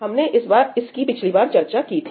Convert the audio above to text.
हमने इस पर पिछली बार चर्चा की थी